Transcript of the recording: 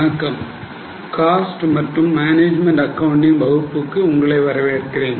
வணக்கம் காஸ்ட் மற்றும் management accounting வகுப்புக்கு உங்களை வரவேற்கிறேன்